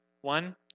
one